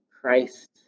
Christ